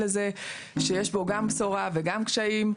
שיש בו גם בשורה וגם קשיים,